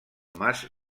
mas